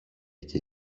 και